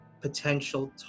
potential